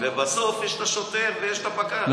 בסוף יש את השוטר ויש את הפקח.